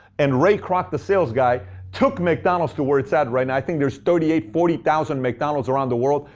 and ray kroc, the sales guy took mcdonald's to where it's at right now. i think there's thirty eight, forty thousand mcdonald's around the world.